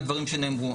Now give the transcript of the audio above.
לדברים שנאמרו,